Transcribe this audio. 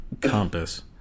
compass